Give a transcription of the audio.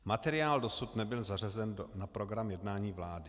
Materiál dosud nebyl zařazen na program jednání vlády.